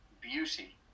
beauty